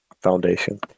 foundation